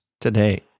today